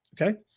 okay